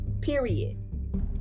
Period